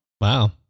Wow